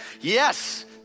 Yes